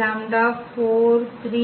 மேலும் கேய்லி